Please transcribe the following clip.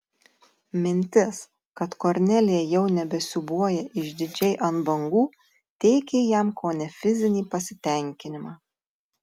mintis kad kornelija jau nebesiūbuoja išdidžiai ant bangų teikė jam kone fizinį pasitenkinimą